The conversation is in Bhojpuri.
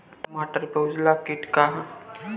टमाटर पर उजला किट का है?